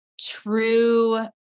true